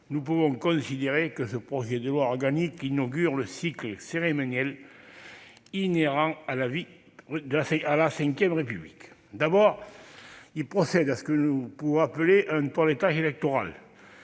nous pouvons considérer que ce projet de loi organique inaugure le cycle cérémoniel inhérent à la VRépublique. D'abord, il procède à ce qu'il est convenu d'appeler un « toilettage » électoral,